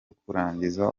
kurangiza